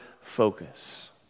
focus